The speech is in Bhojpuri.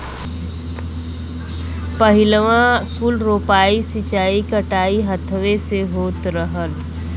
पहिलवाँ कुल रोपाइ, सींचाई, कटाई हथवे से होत रहल